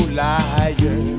liar